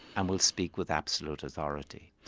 and will speak with absolute authority.